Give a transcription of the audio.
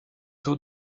zoo